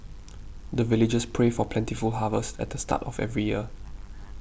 the villagers pray for plentiful harvest at the start of every year